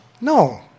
No